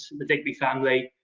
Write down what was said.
the digby family,